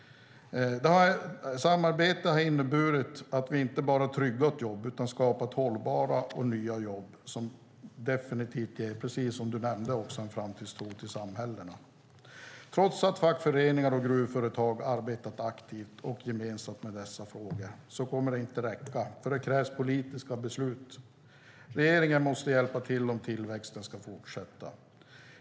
Samarbetet har inneburit att vi inte bara tryggat jobben utan också skapat hållbara och nya jobb som definitivt ger, precis som miljöministern nämnde, framtidstro till samhällena. Trots att fackföreningar och gruvföretag gemensamt arbetat aktivt med dessa frågor kommer det inte att räcka. För det krävs politiska beslut. Regeringen måste hjälpa till om tillväxten ska fortsätta.